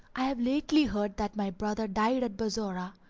i have lately heard that my brother died at bassorah,